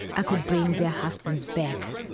i could bring their husbands back.